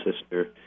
sister